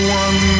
one